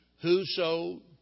Whoso